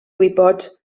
gwybod